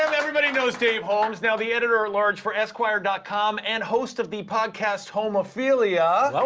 um everybody knows dave holmes, now the editor-at-large for esquire dot com and host of the podcast homophilia